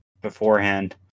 beforehand